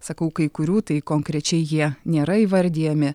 sakau kai kurių tai konkrečiai jie nėra įvardijami